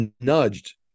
nudged